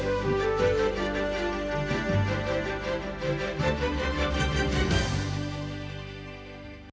Дякую,